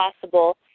possible